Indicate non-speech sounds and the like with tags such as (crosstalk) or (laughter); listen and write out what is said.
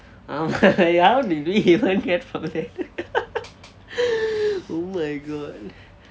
ஆமாம்:aamaam (laughs) ya how did we even get from there (laughs) oh my god